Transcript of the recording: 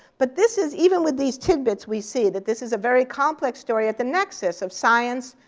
but this is, even with these tidbits, we see that this is a very complex story at the nexus of science,